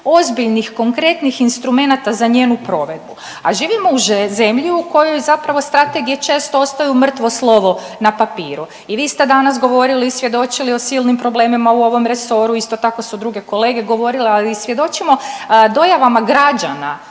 ozbiljnih konkretnih instrumenata za njenu provedbu, a živimo u zemlji u kojoj zapravo strategije često ostaju mrtvo slovo na papiru i vi ste danas govorili i svjedočili o silnim problemima u ovom resoru, isto tako su druge kolege govorile, ali i svjedočimo dojavama građana